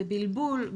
בבלבול,